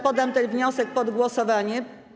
Poddam ten wniosek pod głosowanie.